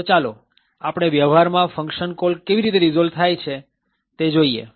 તો ચાલો આપણે વ્યવહારમાં ફંકશન કોલ કેવી રીતે રીઝોલ્વ થાય છે તે જોઈએ